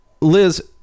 liz